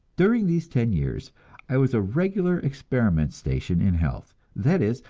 during these ten years i was a regular experiment station in health that is,